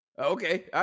Okay